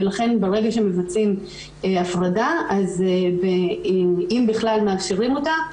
ולכן ברגע שמבצעים הפרדה אם בכלל מאפשרים אותה,